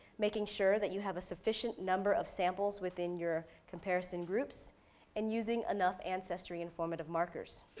making sure that you have a sufficient number of samples within your comparison groups and using enough ancestry informative markers.